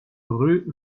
rue